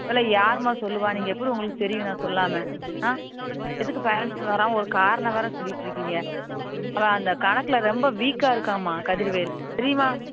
இதெலாம் யாரும்மா சொல்லுவார் நீங்கள் எப்படி உங்களுக்கு தெரியும் நான் சொல்லாம ஆ எதுக்கு ஃபேரண்ட்ஸ் வராமல் ஒரு காரணம் வேறு சொல்லிகிட்டுருக்கீங்க அவன் அந்த கணக்கில் ரொம்ப வீக்காக இருக்காம்மா கதிர்வேல் தெரியுமா